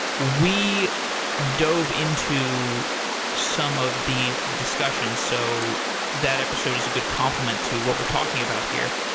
we dove into some of these discussions. so that episode is a good complement to what we're talking about here.